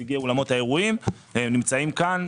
נציגי אולמות האירועים נמצאים כאן.